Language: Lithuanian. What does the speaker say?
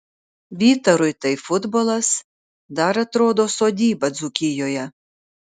vytarui tai futbolas dar atrodo sodyba dzūkijoje